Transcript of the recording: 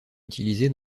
utilisé